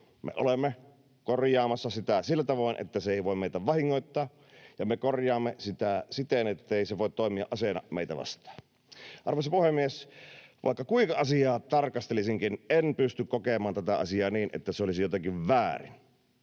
Me olemme korjaamassa sitä sillä tavoin, että se ei voi meitä vahingoittaa, ja me korjaamme sitä siten, ettei se voi toimia aseena meitä vastaan. Arvoisa puhemies! Vaikka kuinka asiaa tarkastelisinkin, en pysty kokemaan tätä asiaa niin, että se olisi jotenkin väärin.